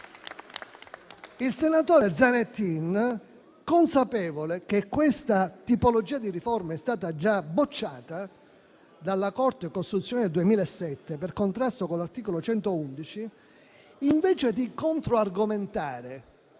Il senatore Zanettin, consapevole che questa tipologia di riforma è stata già bocciata dalla Corte costituzionale nel 2007, per contrasto con l'articolo 111, invece di contro argomentare